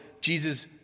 Jesus